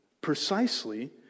precisely